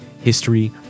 history